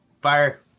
fire